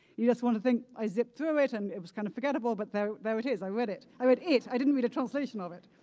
you just want to think, i zipped through it and it was kind of forgettable, but there there it is. i read it. i read it, i didn't read a translation of it.